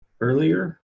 earlier